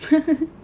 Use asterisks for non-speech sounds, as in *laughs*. *laughs*